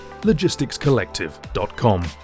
logisticscollective.com